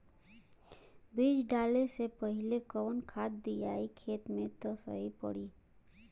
बीज डाले से पहिले कवन खाद्य दियायी खेत में त सही पड़ी?